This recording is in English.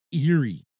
eerie